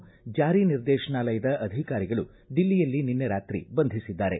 ಜಾರಿ ನಿರ್ದೇಶನಾಲಯದ ಅಧಿಕಾರಿಗಳು ದಿಲ್ಲಿಯಲ್ಲಿ ನಿನ್ನೆ ರಾತ್ರಿ ಬಂಧಿಸಿದ್ದಾರೆ